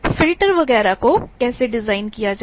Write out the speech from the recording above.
filter वगैरह को कैसे डिज़ाइन किया जाए